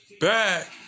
Back